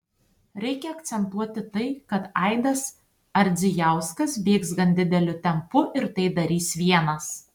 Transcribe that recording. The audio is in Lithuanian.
reikia akcentuoti tai kad aidas ardzijauskas bėgs gan dideliu tempu ir tai darys vienas